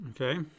okay